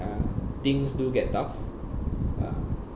uh things do get tough uh